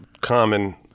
common